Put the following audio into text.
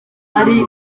ari